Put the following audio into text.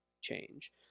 change